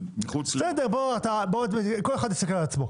אני מציע שכל אחד יסתכל על עצמו.